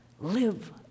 Live